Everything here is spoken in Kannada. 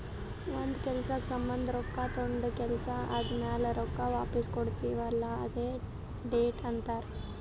ಒಂದ್ ಕೆಲ್ಸಕ್ ಸಂಭಂದ ರೊಕ್ಕಾ ತೊಂಡ ಕೆಲ್ಸಾ ಆದಮ್ಯಾಲ ರೊಕ್ಕಾ ವಾಪಸ್ ಕೊಡ್ತೀವ್ ಅಲ್ಲಾ ಅದ್ಕೆ ಡೆಟ್ ಅಂತಾರ್